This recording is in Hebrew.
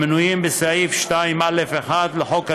המנויים בסעיף 2א(1) לחוק הדגל,